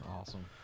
Awesome